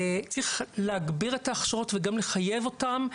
צריך להגביר את ההכשרות וגם לחייב אותם.